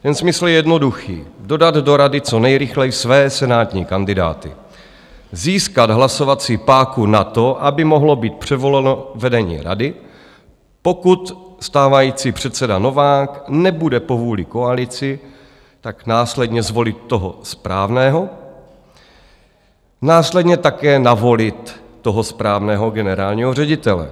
Ten smysl je jednoduchý dodat do rady co nejrychleji své senátní kandidáty, získat hlasovací páku na to, aby mohlo být předvoleno vedení rady, pokud stávající předseda Novák nebude po vůli koalici, tak následně zvolit toho správného, následně také navolit toho správného generálního ředitele.